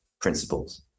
principles